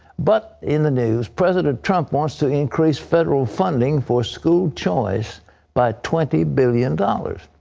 but in the news, president trump wants to increase federal funding for school choice by twenty billion dollars.